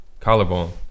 collarbone